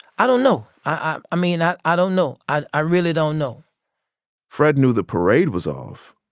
i don't know. i mean, i, i don't know. i i really don't know fred knew the parade was off,